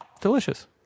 delicious